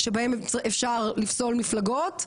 שבהם אפשר לפסול מפלגות,